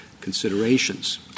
considerations